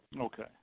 Okay